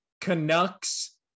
Canucks